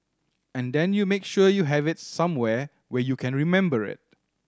and then you make sure you have it somewhere where you can remember it